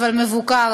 אבל מבוקר.